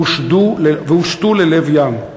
והושטו ללב ים.